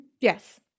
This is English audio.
Yes